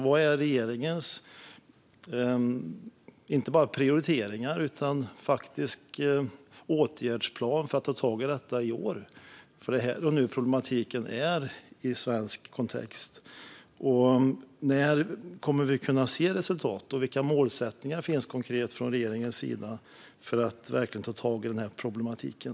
Vad är regeringens inte bara prioriteringar utan faktiska åtgärdsplan för att ta tag i detta i år? Det är här och nu problematiken finns i svensk kontext. När kommer vi att kunna se resultat? Och vilka målsättningar finns konkret från regeringens sida för att verkligen ta tag i problematiken?